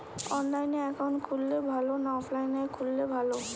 অনলাইনে একাউন্ট খুললে ভালো না অফলাইনে খুললে ভালো?